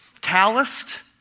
calloused